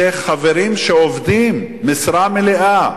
אלה חברים שעובדים משרה מלאה,